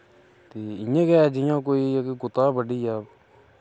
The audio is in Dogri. ते इ'यां गै जि'यां कोई कुत्ता बड्डी जा